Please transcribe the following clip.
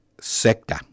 sector